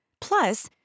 Plus